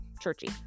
churchy